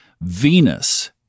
Venus